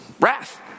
Wrath